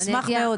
נשמח מאוד.